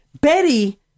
Betty